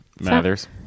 Mathers